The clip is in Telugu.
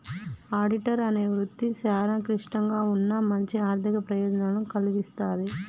ఆడిటర్ అనే వృత్తి చాలా క్లిష్టంగా ఉన్నా మంచి ఆర్ధిక ప్రయోజనాలను కల్గిస్తాది